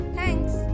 Thanks